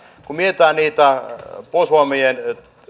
kun mietitään niitä puolustusvoimien